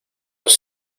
los